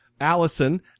Allison